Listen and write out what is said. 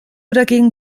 dagegen